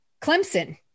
Clemson